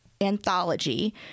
anthology